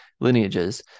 lineages